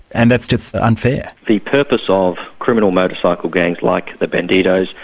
and that's just unfair? the purpose of criminal motorcycle gangs like the bandidos,